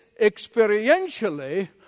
experientially